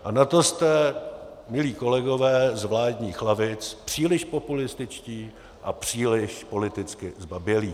A na to jste milí kolegové z vládních lavic příliš populističtí a příliš politicky zbabělí.